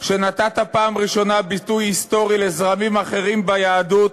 שנתת פעם ראשונה ביטוי היסטורי לזרמים אחרים ביהדות,